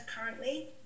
currently